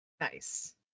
nice